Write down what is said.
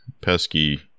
pesky